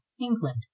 England